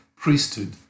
Priesthood